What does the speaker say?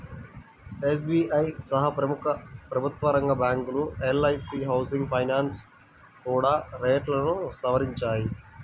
SBI సహా ప్రముఖ ప్రభుత్వరంగ బ్యాంకులు, ఎల్.ఐ.సీ హౌసింగ్ ఫైనాన్స్ కూడా రేట్లను సవరించాయి